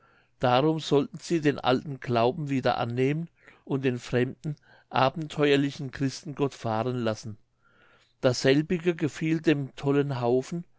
darum sollten sie den alten glauben wieder annehmen und den fremden abenteuerlichen christengott fahren lassen dasselbige gefiel dem tollen haufen